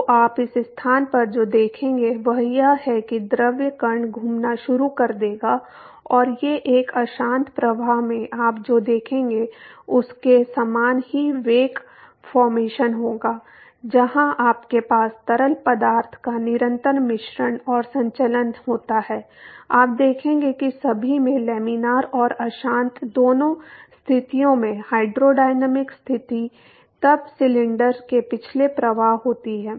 तो आप इस स्थान पर जो देखेंगे वह यह है कि द्रव कण घूमना शुरू कर देगा और ये एक अशांत प्रवाह में आप जो देखेंगे उसके समान ही वेक फॉर्मेशन होगा जहां आपके पास तरल पदार्थ का निरंतर मिश्रण और संचलन होता है आप देखेंगे कि सभी में लैमिनार और अशांत दोनों स्थितियों में हाइड्रोडायनामिक स्थिति तब सिलेंडर के पिछले प्रवाह होती है